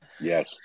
Yes